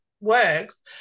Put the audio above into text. works